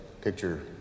picture